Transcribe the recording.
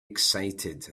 excited